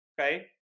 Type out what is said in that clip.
okay